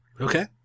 Okay